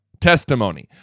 testimony